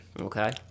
Okay